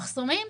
מחסומים,